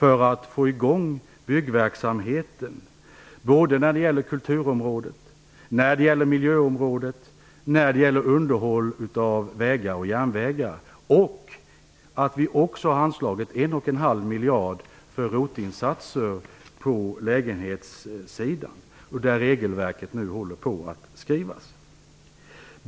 Vi vill få i gång byggverksamheten när det gäller kulturområdet, miljöområdet och underhåll av vägar och järnvägar. Vi har också anslagit en och en halv miljard för ROT-insatser på lägenhetssidan. Regelverket håller nu på att skrivas.